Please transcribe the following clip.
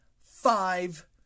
five